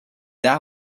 that